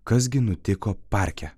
kas gi nutiko parke